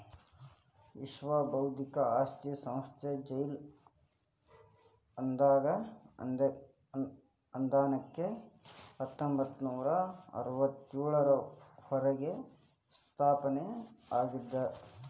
ವಿಶ್ವ ಬೌದ್ಧಿಕ ಆಸ್ತಿ ಸಂಸ್ಥೆ ಜೂಲೈ ಹದ್ನಾಕು ಹತ್ತೊಂಬತ್ತನೂರಾ ಅರವತ್ತ್ಯೋಳರಾಗ ಸ್ಥಾಪನೆ ಆಗ್ಯಾದ